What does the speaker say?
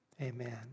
amen